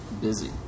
busy